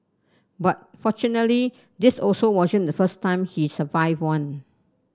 but fortunately this also wasn't the first time he survived one